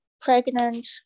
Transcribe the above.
pregnant